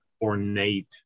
ornate